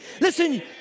Listen